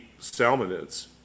salmonids